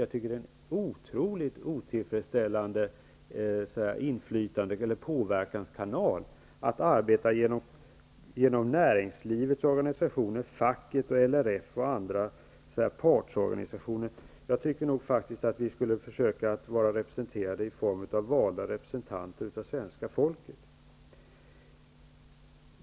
Jag tycker att det är en otroligt otillfredsställande påverkanskanal, att arbeta genom näringslivets organisationer, facket, LRF och andra partsorganisationer. Jag tycker faktiskt att vi skulle försöka vara representerade av valda representanter för svenska folket.